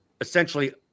essentially